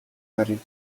гарыг